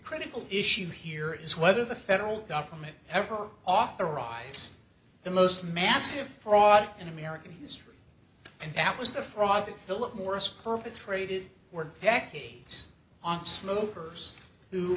critical issue here is whether the federal government ever authorize the most massive fraud in american history and that was the fraud that philip morris perpetrated were decades on smokers who